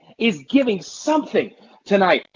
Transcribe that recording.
is giving something tonight.